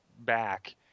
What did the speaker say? back